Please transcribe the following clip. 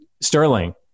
Sterling